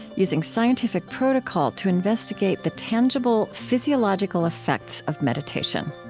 using scientific protocol to investigate the tangible physiological effects of meditation.